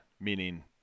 meaning